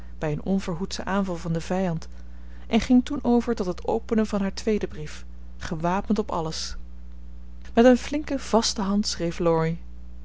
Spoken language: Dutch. bij een onverhoedschen aanval van den vijand en ging toen over tot het openen van haar tweeden brief gewapend op alles met een flinke vaste